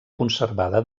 conservada